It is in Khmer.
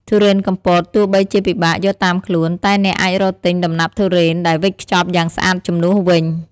ធុរេនកំពតទោះបីជាពិបាកយកតាមខ្លួន តែអ្នកអាចរកទិញដំណាប់ធុរេនដែលវេចខ្ចប់យ៉ាងស្អាតជំនួសវិញ។